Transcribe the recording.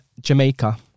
jamaica